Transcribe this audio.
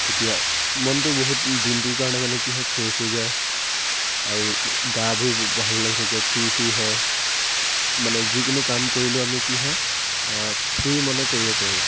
তেতিয়া মনটো বহুত দিনটোৰ কাৰণে মানে কি হয় ফ্ৰেছ হৈ যায় আৰু গাবোৰ ভাল লাগি থাকে ফ্ৰী ফ্ৰী হয় মানে যিকোনো কাম কৰিলেও আমি কি হয় ফ্ৰী মনে কৰিব পাৰোঁ